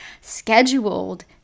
scheduled